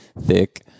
thick